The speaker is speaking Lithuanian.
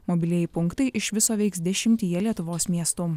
mobilieji punktai iš viso veiks dešimtyje lietuvos miestų